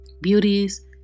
Beauties